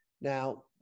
Now